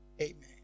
Amen